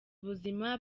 ubuzima